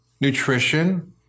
nutrition